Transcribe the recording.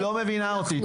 את לא מבינה אותי.